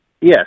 Yes